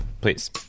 Please